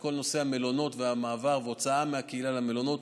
יש את כל נושא המלונות והמעבר וההוצאה מהקהילה למלונות